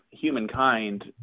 humankind